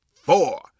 four